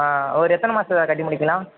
ஆ ஒரு எத்தனை மாதத்துல சார் கட்டி முடிக்கலாம்